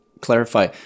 clarify